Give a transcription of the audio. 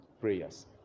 prayers